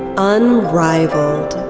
unrivaled.